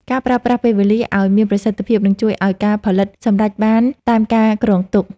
ការប្រើប្រាស់ពេលវេលាឱ្យមានប្រសិទ្ធភាពនឹងជួយឱ្យការផលិតសម្រេចបានតាមការគ្រោងទុក។